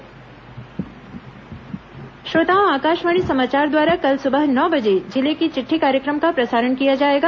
जिले की चिट्ठी श्रोताओं आकाशवाणी समाचार द्वारा कल सुबह नौ बजे जिले की चिट्ठी कार्यक्रम का प्रसारण किया जाएगा